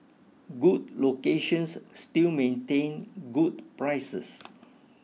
good locations still maintain good prices